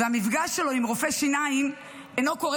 והמפגש שלו עם רופא שיניים אינו קורה